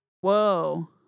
Whoa